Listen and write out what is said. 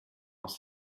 dans